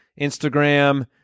Instagram